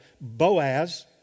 Boaz